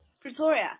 Pretoria